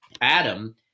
Adam